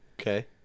Okay